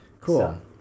Cool